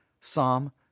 Psalm